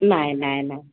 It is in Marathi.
नाय नाय नाय